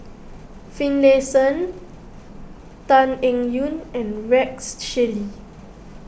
Finlayson Tan Eng Yoon and Rex Shelley